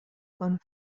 con